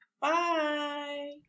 Bye